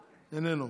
איננו,